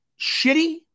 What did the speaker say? shitty